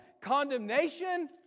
condemnation